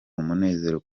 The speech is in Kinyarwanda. umunezero